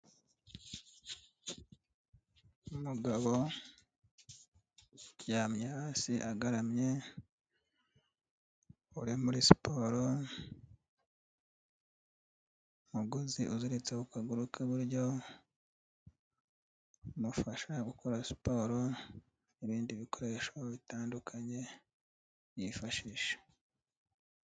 Umugabo uryamye hasi agaramye, uri muri siporo, umugozi uziritseho ku kaguru k'iburyo, umufasha gukora siporo n'ibindi bikoresho bitandukanye, yifashisha.